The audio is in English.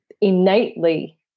innately